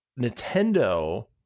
Nintendo